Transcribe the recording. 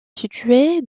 située